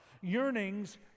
Yearnings